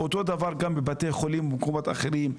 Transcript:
אותו דבר בבתי חולים ובקופות החולים השונות.